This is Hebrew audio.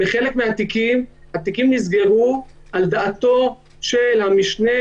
בחלק מהתיקים התיקים נסגרו על דעתו של המשנה